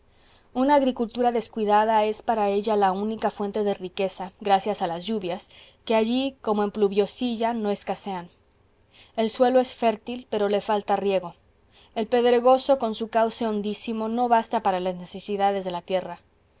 una agricultura descuidada es para ella la única fuente de riqueza gracias a las lluvias que allí como en pluviosilla no escasean el suelo es fértil pero le falta riego el pedregoso con su cauce hondísimo no basta para las necesidades de la tierra